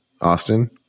Austin